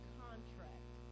contract